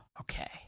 Okay